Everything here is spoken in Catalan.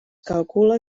calcula